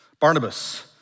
Barnabas